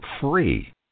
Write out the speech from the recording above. free